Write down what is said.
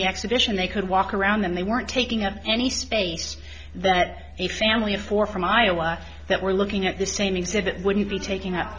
the exhibition they could walk around and they weren't taking up any space that a family of four from iowa that were looking at the same exhibit wouldn't be taking